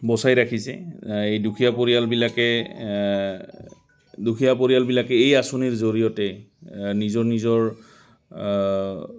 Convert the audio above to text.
বচাই ৰাখিছে এই দুখীয়া পৰিয়ালবিলাকে দুখীয়া পৰিয়ালবিলাকে এই আঁচনিৰ জৰিয়তে নিজৰ নিজৰ